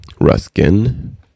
Ruskin